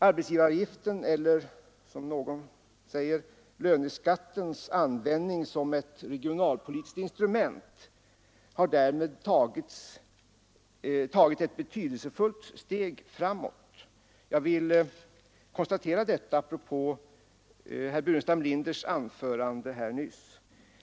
Arbetsgivaravgiftens eller löneskattens användning som ett regionalpolitiskt instrument har därmed tagit ett betydelsefullt steg framåt; jag vill konstatera detta apropå herr Burenstam Linders anförande nyss.